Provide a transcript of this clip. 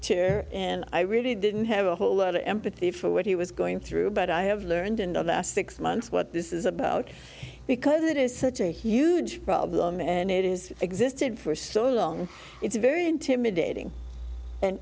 tear and i really didn't have a whole lot of empathy for what he was going through but i i have learned another six months what this is about because it is such a huge problem and it is existed for so long it's very intimidating and